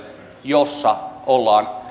jossa ollaan